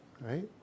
right